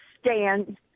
stand